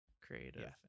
creative